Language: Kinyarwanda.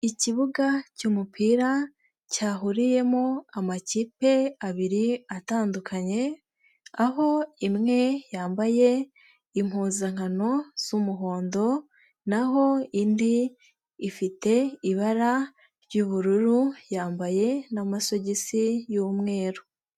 Ikibuga cy'umupira cyahuriyemo amakipe abiri atandukanye aho imwe yambaye impuzankano z'umuhondo naho indi ifite ibara ry'ubururu yambaye n'amasogisi y'umweru.